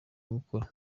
gukora